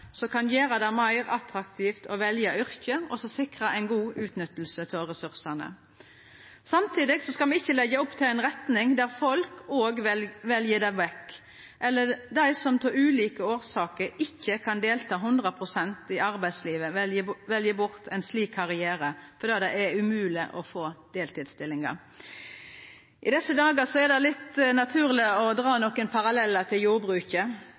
kan gjera det meir attraktivt å velja yrket, og som sikrar ei god utnytting av ressursane. Samtidig skal me ikkje leggja opp til ei retning der folk vel det vekk, eller der dei som av ulike årsaker ikkje kan delta 100 pst. i arbeidslivet, vel bort ein slik karriere fordi det er umogleg å få deltidsstilling. I desse dagar er det litt naturleg å dra nokon parallellar til jordbruket.